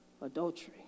adultery